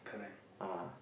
uh